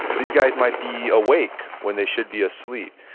these guys might be awake when they should be asleep.